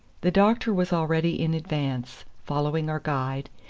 the doctor was already in advance, following our guide,